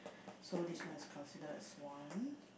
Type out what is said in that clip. so this one is considered as one